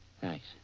Thanks